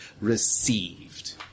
received